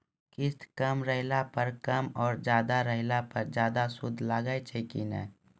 किस्त कम रहला पर कम और ज्यादा रहला पर ज्यादा सूद लागै छै कि नैय?